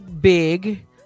big